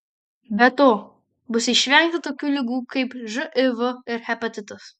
be to bus išvengta tokių ligų kaip živ ir hepatitas